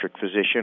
physician